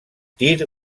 tir